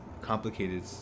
complicated